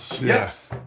yes